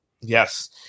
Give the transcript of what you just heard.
yes